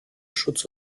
schutz